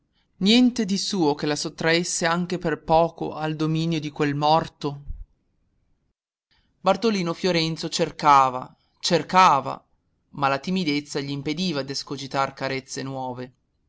niente di suo che la sottraesse anche per poco al dominio di quel morto bartolino fiorenzo cercava cercava ma la timidezza gl'impediva d'escogitar carezze nuove